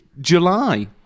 July